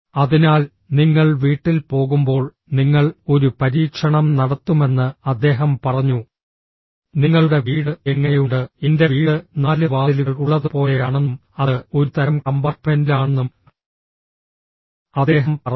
അതിനാൽ നിങ്ങൾ വീട്ടിൽ പോകുമ്പോൾ നിങ്ങൾ ഒരു പരീക്ഷണം നടത്തുമെന്ന് അദ്ദേഹം പറഞ്ഞു നിങ്ങളുടെ വീട് എങ്ങനെയുണ്ട് എന്റെ വീട് നാല് വാതിലുകൾ ഉള്ളതുപോലെയാണെന്നും അത് ഒരു തരം കമ്പാർട്ട്മെന്റിലാണെന്നും അദ്ദേഹം പറഞ്ഞു